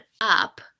up